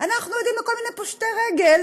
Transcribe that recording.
יודעים על כל מיני פושטי רגל